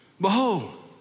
behold